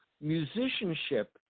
musicianship